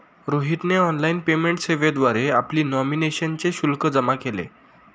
रोहितने online payment सेवेद्वारे आपली नॉमिनेशनचे शुल्क जमा केले